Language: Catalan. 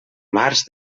març